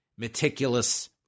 meticulous